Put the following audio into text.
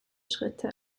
schritte